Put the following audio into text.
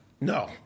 No